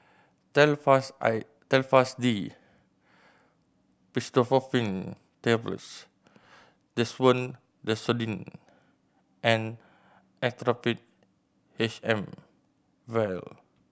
Telfast I Telfast D Pseudoephrine Tablets Desowen Desonide and Actrapid H M Vial